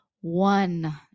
one